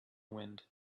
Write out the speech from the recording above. wind